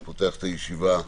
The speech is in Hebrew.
אני פותח את הישיבה בנושא: